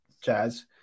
jazz